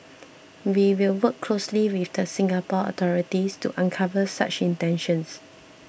we will work closely with the Singapore authorities to uncover such intentions